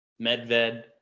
Medved